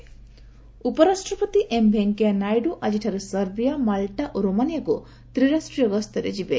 VP visit ଉପରାଷ୍ଟ୍ରପତି M Venkaiah Naidu ଆଜିଠାରୁ Serbia Malta ଓ ରୋମାନିଆକ୍ ତ୍ରିରାଷ୍ଟ୍ରୀୟ ଗସ୍ତରେ ଯିବେ